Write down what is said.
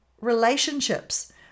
relationships